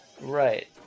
right